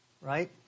right